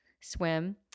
swim